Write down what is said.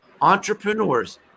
entrepreneurs